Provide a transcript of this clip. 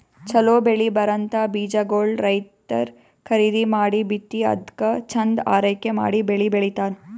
ಛಲೋ ಬೆಳಿ ಬರಂಥ ಬೀಜಾಗೋಳ್ ರೈತರ್ ಖರೀದಿ ಮಾಡಿ ಬಿತ್ತಿ ಅದ್ಕ ಚಂದ್ ಆರೈಕೆ ಮಾಡಿ ಬೆಳಿ ಬೆಳಿತಾರ್